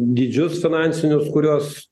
dydžius finansinius kuriuos